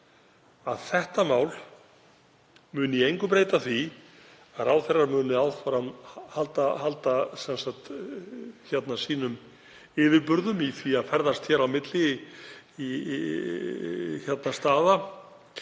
að þetta mál muni í engu breyta því að ráðherrar muni áfram halda sínum yfirburðum í því að ferðast á milli staða